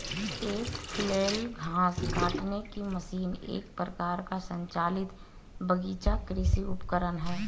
एक फ्लैल घास काटने की मशीन एक प्रकार का संचालित बगीचा कृषि उपकरण है